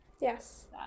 Yes